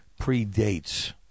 predates